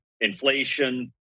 inflation